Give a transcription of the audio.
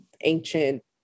ancient